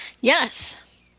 Yes